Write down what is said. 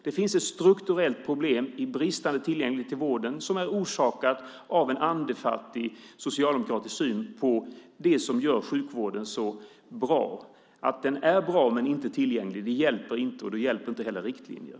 Det finns ett strukturellt problem i fråga om bristande tillgänglighet till vården som är orsakat av en andefattig socialdemokratisk syn på det som gör sjukvården så bra. Att den är bra men inte tillgänglig hjälper inte, och då hjälper inte heller riktlinjer.